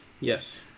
Yes